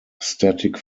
static